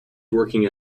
working